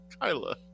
Kyla